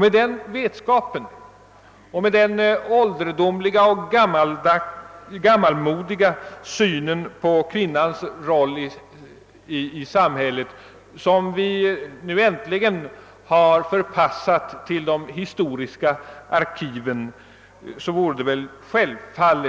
Med den vetskapen och med den ålderdomliga och gammalmodiga syn på kvinnans roll i samhället som vi nu äntligen har förpassat till de historiska arkiven, är det väl självklart